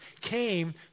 came